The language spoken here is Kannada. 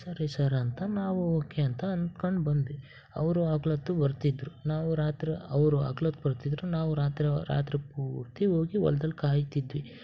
ಸರಿ ಸರ್ ಅಂತ ನಾವು ಓಕೆ ಅಂತ ಅನ್ಕಂಡು ಬಂದ್ವಿ ಅವರು ಹಗ್ಲೊತ್ತು ಬರ್ತಿದ್ದರು ನಾವು ರಾತ್ರಿ ಅವ್ರು ಹಗ್ಲೊತ್ತ್ ಬರ್ತಿದ್ದರು ನಾವು ರಾತ್ರಿ ರಾತ್ರಿ ಪೂರ್ತಿ ಹೋಗಿ ಹೊಲ್ದಲ್ ಕಾಯ್ತಿದ್ವಿ